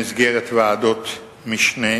במסגרת ועדות משנה,